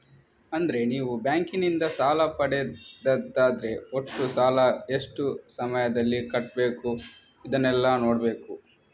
ಅಂದ್ರೆ ನೀವು ಬ್ಯಾಂಕಿನಿಂದ ಸಾಲ ಪಡೆದದ್ದಾದ್ರೆ ಒಟ್ಟು ಸಾಲ, ಎಷ್ಟು ಸಮಯದಲ್ಲಿ ಕಟ್ಬೇಕು ಇದನ್ನೆಲ್ಲಾ ನೋಡ್ಬೇಕು